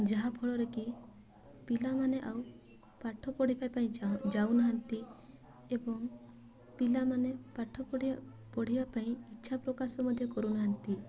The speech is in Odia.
ଯାହାଫଳରେ କି ପିଲାମାନେ ଆଉ ପାଠ ପଢ଼ିବା ପାଇଁ ଯାଉନାହାନ୍ତି ଏବଂ ପିଲାମାନେ ପାଠ ପଢ଼ିବା ପଢ଼ିବା ପାଇଁ ଇଚ୍ଛା ପ୍ରକାଶ ମଧ୍ୟ କରୁନାହାନ୍ତି